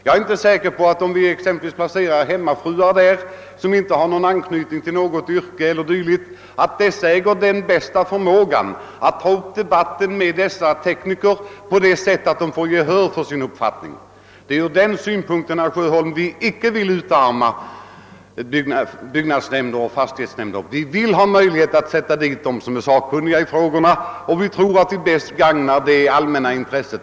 Jag är inte säker på att exempelvis hemmafruar utan anknytning till något yrke skulle, om de sattes in i en nämnd, äga den bästa förmågan att föra debatten med teknikerna på ett sådant sätt att de får gehör för sin uppfattning. Det är ur den synpunkten, herr Sjöholm, som vi icke vill utarma byggnådsnämnder och fastighetsnämnder. Vi vill ha möjlighet att i dessa nämnder placera dem som är sakkunniga i frågorna, och vi tror att vi därmed bäst gagnar det allmänna intresset.